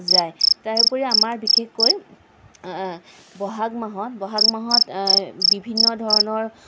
তাৰোপৰি আমাৰ বিশেষকৈ বহাগ মাহত বিভিন্ন ধৰণৰ